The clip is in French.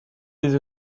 des